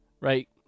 right